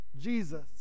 Jesus